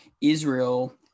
israel